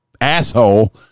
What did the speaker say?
asshole